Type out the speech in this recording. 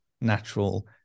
natural